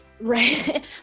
right